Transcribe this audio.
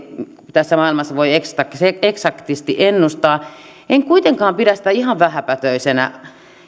tässä maailmassa voi eksaktisti ennustaa en kuitenkaan pidä sitä ihan vähäpätöisenä